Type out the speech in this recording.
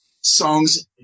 songs